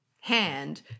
hand